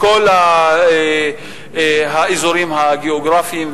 מכל האזורים הגיאוגרפיים,